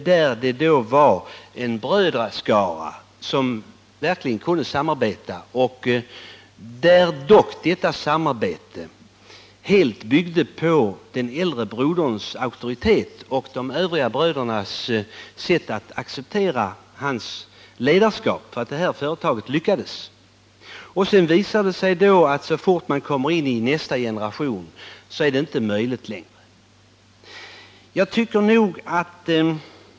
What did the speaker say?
Det var en brödraskara som verkligen kunde samarbeta. Samarbetet byggde dock på den äldre broderns auktoritet och de övriga brödernas sätt att acceptera hans ledarskap, och detta företag lyckades. Sedan visar det sig att så fort nästa generation kommer är detta inte längre möjligt.